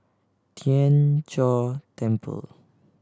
Tien Chor Temple